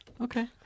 Okay